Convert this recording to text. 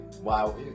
Wow